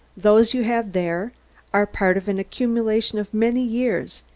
those you have there are part of an accumulation of many years,